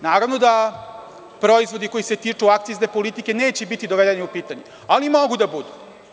Naravno, da proizvodi koji se tiču akcizne politike neće biti dovedeni u pitanje, ali mogu da budu.